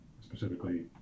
specifically